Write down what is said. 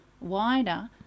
wider